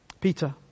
Peter